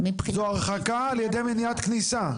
זו הרחקה על ידי מניעת כניסה,